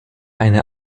eine